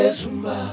zumba